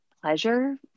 pleasure